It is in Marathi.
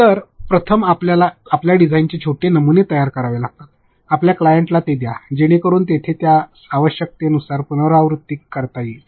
तर प्रथम आपल्याला आपल्या डिझाइनचे छोटे नमुने तयार करावे लागतील आपल्या क्लायंटला ते द्या जेणेकरून तेथे त्यास आवश्यकतेनुसार पुनरावृत्ती करता येईल